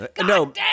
No